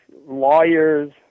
lawyers